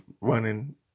running